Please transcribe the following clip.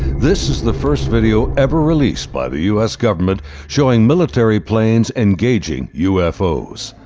this is the first video ever released by the us government showing military planes engaging ufo's.